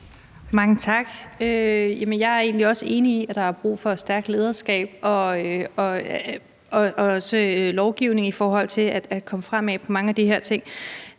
Mange tak. Jeg er egentlig også enig i, at der er brug for et stærkt lederskab og også lovgivning i forhold til at komme fremad med mange af de her ting.